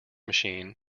machine